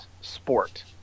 sport